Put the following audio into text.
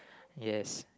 yes